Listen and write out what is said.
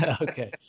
Okay